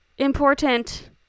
Important